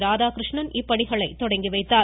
ராதாகிருஷ்ணன் இப்பணிகளை தொடங்கி வைத்தார்